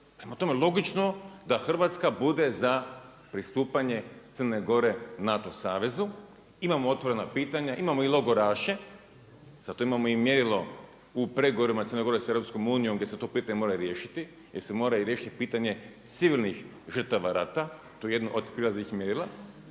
Prema tome, logično da Hrvatska bude za pristupanje Crne Gore NATO savezu. Imamo otvorena pitanja, imamo i logoraše zato imamo i mjerilo u pregovorima Crne Gore s EU gdje se to pitanje mora riješiti jer se mora riješiti i pitanje civilnih žrtava rata, to je jedno od prijelaznih mjerila.